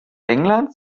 englands